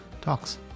talks